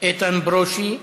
איתן ברושי,